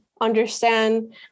understand